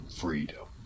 freedom